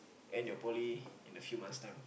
end your poly in a few months time